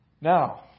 Now